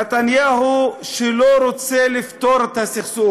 נתניהו לא רוצה לפתור את הסכסוך,